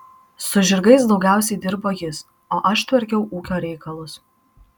su žirgais daugiausiai dirbo jis o aš tvarkiau ūkio reikalus